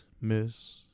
Miss